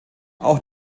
auch